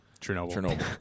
Chernobyl